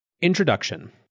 Introduction